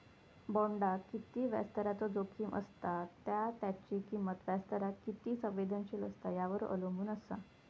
बॉण्डाक किती व्याजदराचो जोखीम असता त्या त्याची किंमत व्याजदराक किती संवेदनशील असता यावर अवलंबून असा